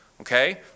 okay